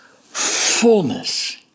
fullness